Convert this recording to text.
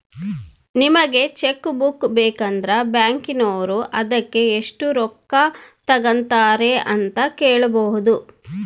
ನಿಮಗೆ cheque book ಬೇಕಂದ್ರ ಬ್ಯಾಕಿನೋರು ಅದಕ್ಕೆ ಎಷ್ಟು ರೊಕ್ಕ ತಂಗತಾರೆ ಅಂತ ಕೇಳಬೊದು